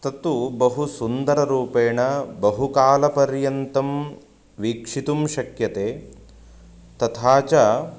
तत्तु बहु सुन्दररूपेण बहुकालपर्यन्तं वीक्षितुं शक्यते तथा च